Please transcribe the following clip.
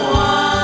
one